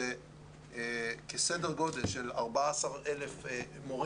כמה יצא לך לשנה, 116 מיליון?